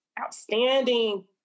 outstanding